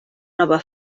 nova